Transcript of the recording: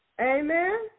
Amen